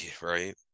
Right